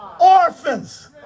orphans